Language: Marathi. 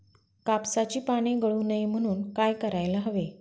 कापसाची पाने गळू नये म्हणून काय करायला हवे?